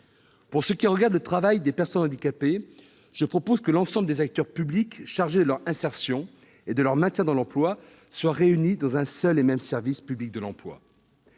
Pour ce qui regarde le travail des personnes handicapées, je propose que l'ensemble des acteurs publics chargés de leur insertion et de leur maintien dans l'emploi soient réunis dans un seul et même service public de l'emploi.